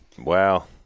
wow